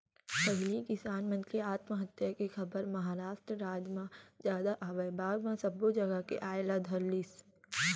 पहिली किसान मन के आत्महत्या के खबर महारास्ट राज म जादा आवय बाद म सब्बो जघा के आय ल धरलिस